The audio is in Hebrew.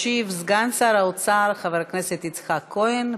ישיב סגן שר האוצר חבר הכנסת יצחק כהן.